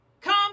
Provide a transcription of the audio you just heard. Come